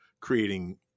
creating